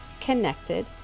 connected